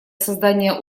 создание